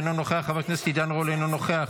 אינו נוכח,